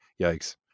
Yikes